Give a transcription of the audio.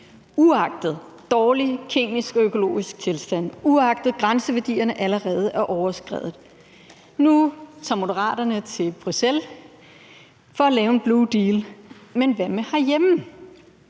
uagtet dårlige kemiske og økologiske tilstande, uagtet at grænseværdierne allerede er overskredet. Nu tager Moderaterne til Bruxelles for at lave en Blue Deal, men hvad med herhjemme?